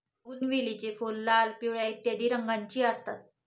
बोगनवेलीची फुले लाल, पिवळ्या इत्यादी रंगांची असतात